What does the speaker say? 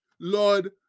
Lord